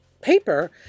paper